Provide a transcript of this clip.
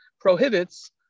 prohibits